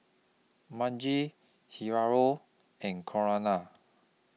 Margie Hilario and Corinna